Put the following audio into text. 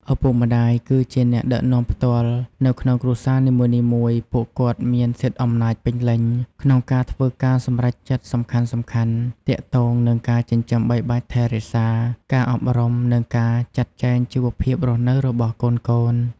ឪពុកម្ដាយ គឺជា អ្នកដឹកនាំផ្ទាល់ នៅក្នុងគ្រួសារនីមួយៗ ពួកគាត់មាន សិទ្ធិអំណាចពេញលេញ ក្នុងការធ្វើការសម្រេចចិត្តសំខាន់ៗ ទាក់ទងនឹងការចិញ្ចឹមបីបាច់ថែរក្សា ការអប់រំ និងការចាត់ចែងជីវភាពរស់នៅរបស់កូនៗ។